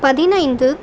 பதினைந்து